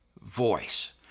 voice